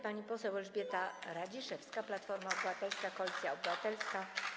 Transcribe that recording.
Pani poseł Elżbieta Radziszewska, Platforma Obywatelska - Koalicja Obywatelska.